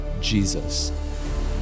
Jesus